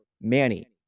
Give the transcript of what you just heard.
manny